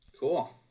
Cool